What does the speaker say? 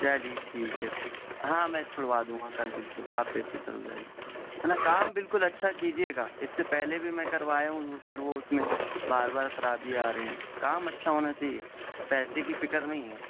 چلیے ٹھیک ہے سر ہاں میں چھڑوا دوں گا کل بالکل آپ بے فکر ہو جائیے ہے نا کام بالکل اچھا کیجیے گا اس سے پہلے بھی میں کروایا ہوں پھر وہ اس میں بار بار خرابی آ رہی ہیں کام اچھا ہونا چاہیے پیسے کی فکر نہیں ہے